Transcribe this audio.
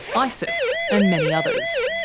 isis, and many others.